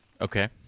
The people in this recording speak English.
okay